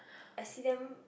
I see them